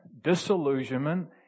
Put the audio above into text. disillusionment